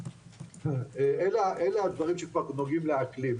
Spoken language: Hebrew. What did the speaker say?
אלה הדברים שכבר נוגעים לאקלים,